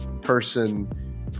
person